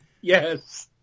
yes